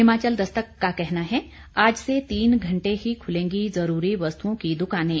हिमाचल दस्तक का कहना है आज से तीन घंटे ही खुलेंगी जरूरी वस्तुओं की दुकानें